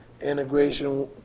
integration